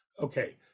Okay